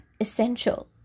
essential